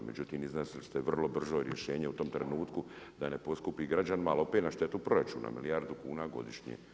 Međutim iznesli ste vrlo brzo rješenje u tom trenutku da ne poskupi građanima, ali opet na štetu proračuna, milijardu kuna godišnje.